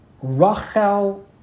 Rachel